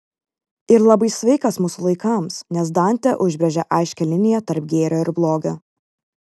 ir labai sveikas mūsų laikams nes dantė užbrėžia aiškią liniją tarp gėrio ir blogio